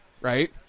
right